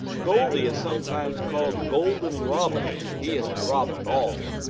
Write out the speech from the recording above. goldy is sometimes called golden robin. he isn't a robin at all,